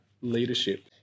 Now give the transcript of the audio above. leadership